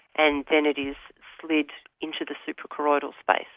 and then it is slid into the suprachoroidal space,